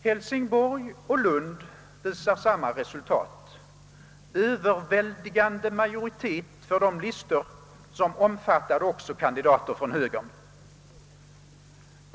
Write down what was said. Hälsingborg och Lund visar samma resultat: överväldigande majoritet för de listor som omfattade också kandidater från högern.